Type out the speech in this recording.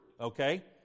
okay